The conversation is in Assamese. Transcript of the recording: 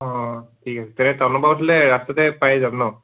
অঁ ঠিক আছে তেনে হ'লে ৰাস্তাতে পাই যাম নহ্